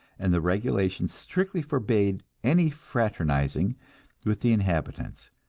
and the regulations strictly forbade any fraternizing with the inhabitants.